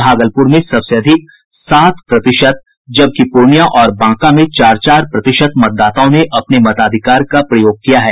भागलपुर में सबसे अधिक सात प्रतिशत जबकि पूर्णिया और बांका में चार चार प्रतिशत मतदाताओं ने अपने मताधिकार का प्रयोग किया है